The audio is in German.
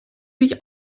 sich